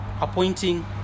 appointing